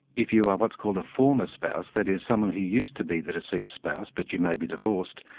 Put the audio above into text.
if you are what's called a former spouse, that is, someone who used to be the deceased's spouse, but you may be divorced,